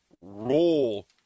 roll